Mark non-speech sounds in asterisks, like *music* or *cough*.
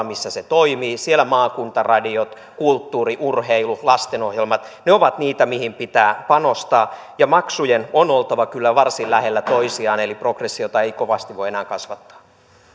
*unintelligible* missä se toimii ja siellä maakuntaradiot kulttuuri urheilu ja lastenohjelmat ovat niitä mihin pitää panostaa ja maksujen on oltava kyllä varsin lähellä toisiaan eli progressiota ei kovasti voi enää kasvattaa sitten mennään